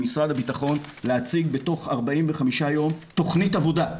ממשרד הביטחון להציג בתוך 45 יום תוכנית עבודה.